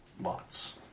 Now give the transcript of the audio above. Lots